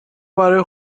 برای